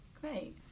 Great